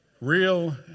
Real